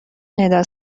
ندا